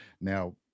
Now